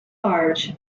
large